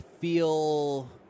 feel